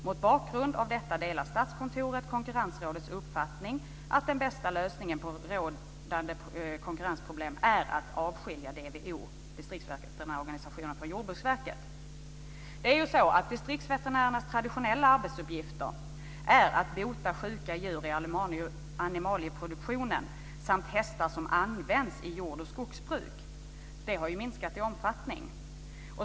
Mot bakgrund av detta delar Stadskontoret Konkurrensrådets uppfattning att den bästa lösningen på rådande konkurrensproblem är att avskilja DVO från Distriktsveterinärens traditionella arbetsuppgift, att bota sjuka djur i animalieproduktionen samt hästar som används i jord och skogsbruk, har minskat i omfattning.